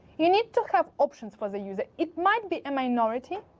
you need to have options for the user. it might be a minority,